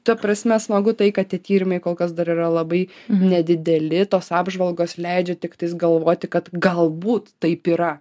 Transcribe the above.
ta prasme smagu tai kad tie tyrimai kol kas dar yra labai nedideli tos apžvalgos leidžia tiktais galvoti kad galbūt taip yra